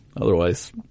Otherwise